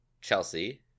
Chelsea